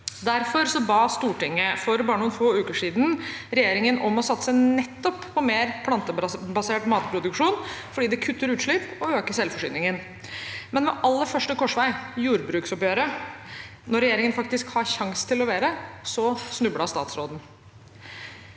Derfor ba Stortinget for bare noen få uker siden regjeringen om å satse på mer plantebasert matproduksjon fordi det kutter utslipp og øker selvforsyningen. Likevel: Ved aller første korsvei – jordbruksoppgjøret – når regjeringen faktisk hadde sjansen til å levere, snublet statsråden.